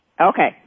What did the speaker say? Okay